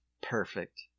perfect